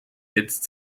jetzt